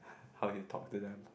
how you talk to them